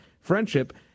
friendship